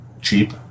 cheap